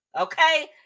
okay